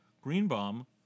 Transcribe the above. Greenbaum